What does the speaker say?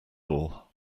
all